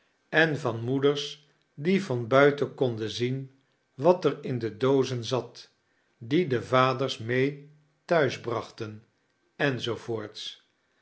en van moeders die van buiten konden zien wat er in de doozen zat die de vaders mee thuisbrachten